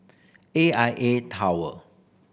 A I A Tower